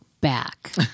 back